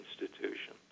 institution